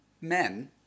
men